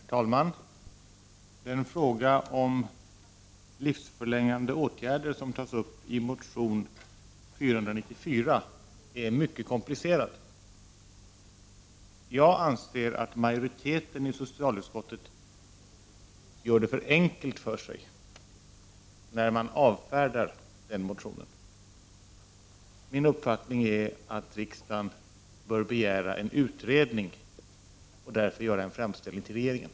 Herr talman! Den fråga om livsförlängande åtgärder som tas upp i motion S0494 är mycket komplicerad. Jag anser att majoriteten i socialutskottet gör det för enkelt för sig när man avfärdar motionen. Min uppfattning är att riksdagen bör begära en utredning och därför göra en framställning till regeringen.